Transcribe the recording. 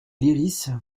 lyrisse